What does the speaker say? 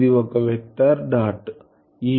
ఇది ఒక vector dot